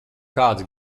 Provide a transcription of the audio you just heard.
kāds